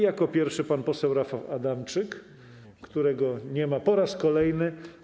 Jako pierwszy pan poseł Rafał Adamczyk, którego nie ma po raz kolejny.